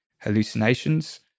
hallucinations